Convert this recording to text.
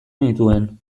nituen